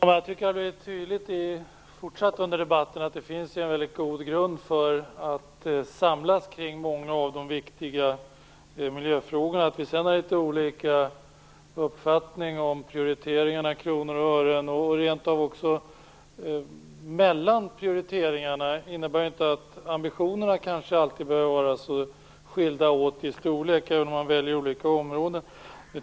Herr talman! Jag tycker att det blivit tydligt under debatten att det finns en mycket god grund för att samlas kring många av de viktiga miljöfrågorna. Att vi sedan har litet olika uppfattning om prioriteringarna av kronor och ören och rent av också mellan prioriteringarna innebär ju inte att ambitionerna alltid behöver vara så skilda åt i storlek, även om man väljer olika områden.